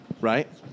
right